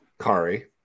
Kari